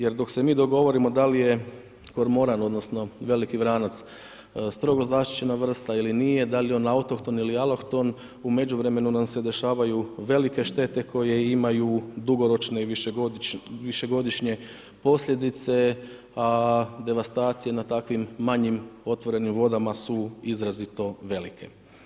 Jer, dok se mi dogovorimo da li je kormoran odnosno veliki vranac strogo zaštićena vrsta ili nije, da li je on autohton ili alohton, u međuvremenu nam se događaju velike štete koje imaju dugoročne i višegodišnje posljedice, a devastacija na takvim manjim otvorenim vodama su izrazito velike.